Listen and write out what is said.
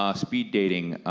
ah speed dating,